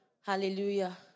Hallelujah